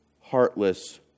heartless